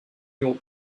york